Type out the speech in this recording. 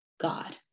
God